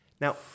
Now